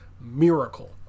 miracle